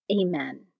Amen